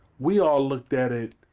we all looked at it,